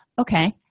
Okay